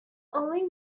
only